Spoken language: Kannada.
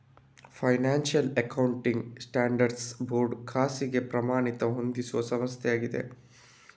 ಫೈನಾನ್ಶಿಯಲ್ ಅಕೌಂಟಿಂಗ್ ಸ್ಟ್ಯಾಂಡರ್ಡ್ಸ್ ಬೋರ್ಡ್ ಖಾಸಗಿ ಪ್ರಮಾಣಿತ ಹೊಂದಿಸುವ ಸಂಸ್ಥೆಯಾಗಿದೆ